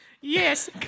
Yes